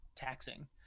Taxing